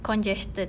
congested